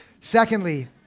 Secondly